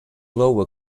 lower